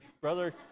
Brother